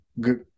good